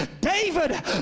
David